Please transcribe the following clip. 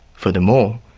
furthermore,